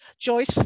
Joyce